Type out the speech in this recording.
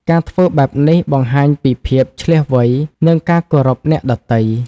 ការធ្វើបែបនេះបង្ហាញពីភាពឈ្លាសវៃ និងការគោរពអ្នកដទៃ។